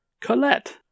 Colette